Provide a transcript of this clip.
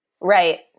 Right